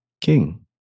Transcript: king